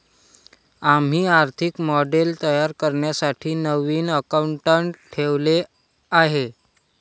आम्ही आर्थिक मॉडेल तयार करण्यासाठी नवीन अकाउंटंट ठेवले आहे